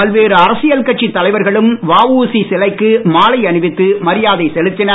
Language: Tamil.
பல்வேறு அரசியல் கட்சித் தலைவர்களும் வஉசி சிலைக்கு மாலை அணிவித்து மரியாதை செலுத்தினர்